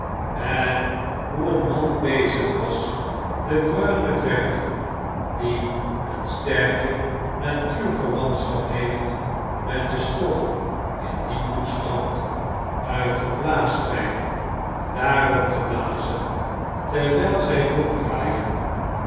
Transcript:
en hoe een man bezig was de bruine verf die een sterke natuurverwantschap heeft met de stof in dien toestand uit een blaaspyp daarop te blazen terwijl zij ronddraaiden